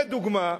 הנה לדוגמה,